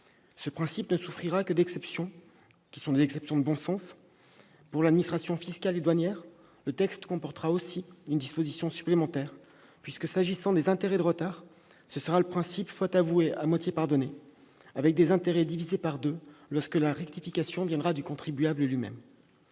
Ce principe ne souffrira que d'exceptions de bon sens. Pour l'administration fiscale et douanière, le texte comporte une disposition supplémentaire puisque, s'agissant des intérêts de retard, le principe qui vaudra sera celui de la « faute avouée à moitié pardonnée », avec des intérêts divisés par deux lorsque la rectification viendra du contribuable lui-même.